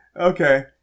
okay